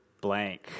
blank